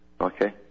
Okay